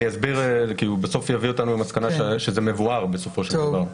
אני אסביר כי הוא בסוף יביא אותנו למסקנה שזה מבוער בסופו של דבר.